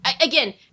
again